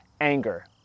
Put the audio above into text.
anger